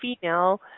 female